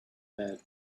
bed